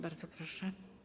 Bardzo proszę.